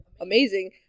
amazing